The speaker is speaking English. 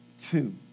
two